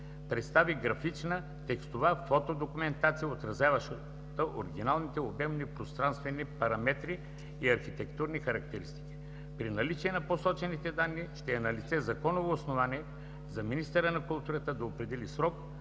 представи графично-текстова фотодокументация, отразяваща оригиналните обемни пространствени параметри и архитектурни характеристики. При наличие на посочените данни ще е налице законово основание за министъра на културата да определи срок